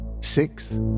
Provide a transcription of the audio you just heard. Sixth